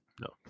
no